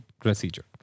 procedure